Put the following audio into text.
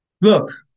Look